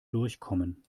durchkommen